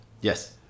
Yes